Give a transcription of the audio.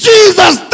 Jesus